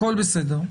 הכול בסדר.